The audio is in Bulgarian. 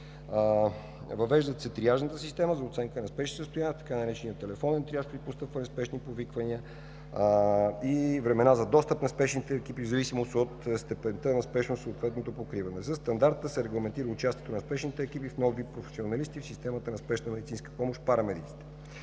Въвеждат се триажна система за оценка на спешните състояния, в т.ч. телефонен триаж при постъпване на спешните повиквания и времена за достъп на спешните екипи в зависимост от степента на спешност на съответното повикване. Със стандарта се регламентира участието в спешните екипи на нов вид професионалисти в системата за спешна медицинска помощ – парамедици.